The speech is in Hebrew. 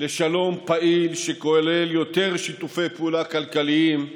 לשלום פעיל שכולל יותר שיתופי פעולה כלכליים,